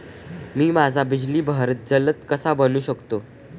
मी माझ्या बिजली बहर जलद कसा बनवू शकतो?